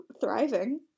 thriving